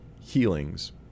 healings